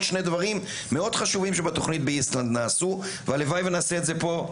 שני דברים מאוד חשובים שבתוכנית באיסלנד נעשו והלוואי ונעשה את זה פה,